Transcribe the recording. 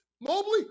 mobley